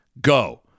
go